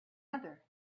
other